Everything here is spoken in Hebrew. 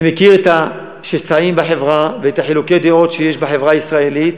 אני מכיר את השסעים בחברה ואת חילוקי הדעות שיש בחברה הישראלית